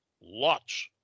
lots